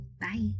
Bye